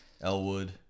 elwood